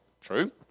True